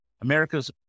America's